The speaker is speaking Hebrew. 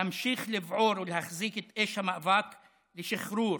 להמשיך לבעור ולהחזיק את אש המאבק לשחרור,